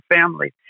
family